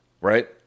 Right